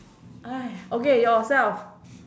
!aiya! okay yourself